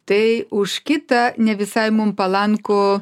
tai už kitą ne visai mum palankų